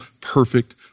perfect